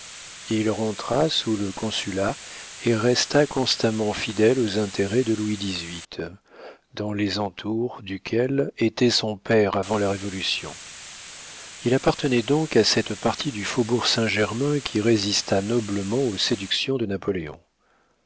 il rentra sous le consulat et resta constamment fidèle aux intérêts de louis xviii dans les entours duquel était son père avant la révolution il appartenait donc à cette partie du faubourg saint-germain qui résista noblement aux séductions de napoléon